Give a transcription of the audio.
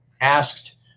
asked